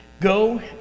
go